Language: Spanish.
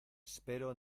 espero